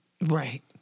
Right